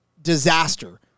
disaster